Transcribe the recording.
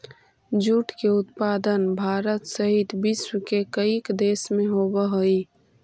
jute के उत्पादन भारत सहित विश्व के कईक देश में होवऽ हइ